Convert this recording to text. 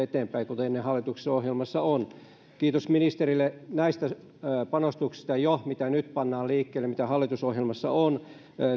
eteenpäin kuten hallituksen ohjelmassa on kiitos ministerille jo näistä panostuksista mitä nyt pannaan liikkeelle mitä hallitusohjelmassa on